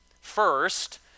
First